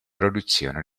produzione